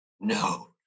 No